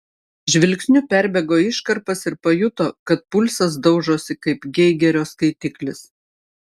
žvilgsniu perbėgo iškarpas ir pajuto kad pulsas daužosi kaip geigerio skaitiklis